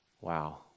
Wow